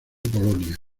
polonia